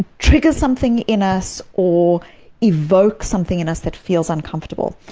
triggers something in us or evokes something in us that feels uncomfortable.